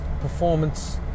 performance